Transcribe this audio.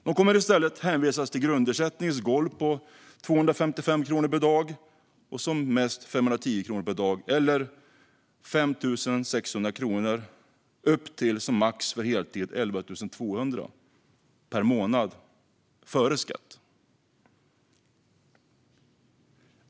De kommer i stället att hänvisas till grundersättningens golv på 255 kronor per dag och som mest 510 kronor per dag, det vill säga från 5 600 kronor upp till - som max för heltid - 11 200 per månad före skatt.